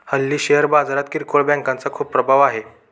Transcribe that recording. हल्ली शेअर बाजारात किरकोळ बँकांचा खूप प्रभाव आहे